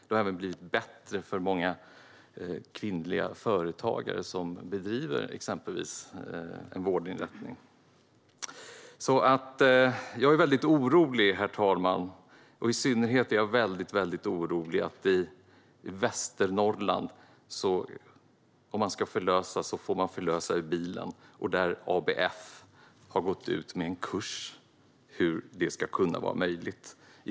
Det har även blivit bättre för många kvinnliga företagare som driver exempelvis en vårdinrättning. Jag är alltså väldigt orolig, herr talman, i synnerhet för att den som ska förlösas i Västernorrland får förlösas i bilen. ABF har gått ut med en kurs i hur detta ska vara möjligt.